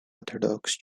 orthodox